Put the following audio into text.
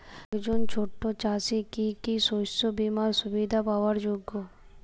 একজন ছোট চাষি কি কি শস্য বিমার সুবিধা পাওয়ার যোগ্য?